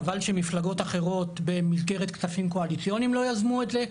חבל שמפלגות אחרות במסגרת כספים קואליציוניים לא יזמו את זה,